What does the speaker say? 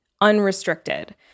unrestricted